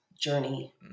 journey